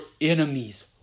enemies